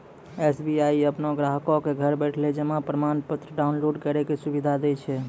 SBI अपनो ग्राहको क घर बैठले जमा प्रमाणपत्र डाउनलोड करै के सुविधा दै छै